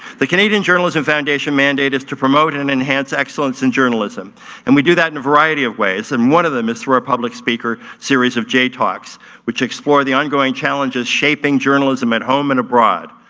the canadian journalism foundation mandate is to promote and enhance excellence in journalism and we do that in a variety of ways. and one of them is through our public speaker, series of j-talks which explore the ongoing challenges shaping journalism at home and abroad.